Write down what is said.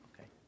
okay